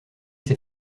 ses